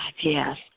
Yes